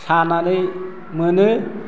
सानानै मोनो